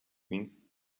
doing